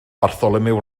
bartholomew